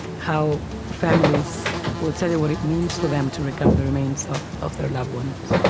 how families will tell you what it means for them to recover the remains of their loved ones.